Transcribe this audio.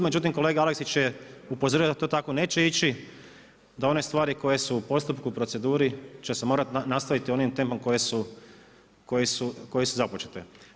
Međutim, kolega Aleksić je upozorio da to tako neće ići, da one stvari koje su u postupku, u proceduri će se morati nastaviti onim tempom kojim su započete.